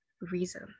reason